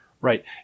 Right